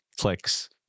clicks